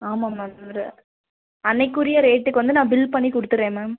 ஆமாம் மேம் அன்றைக்குரிய ரேட்டுக்கு வந்து நான் பில் பண்ணி கொடுத்துறேன் மேம்